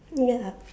ya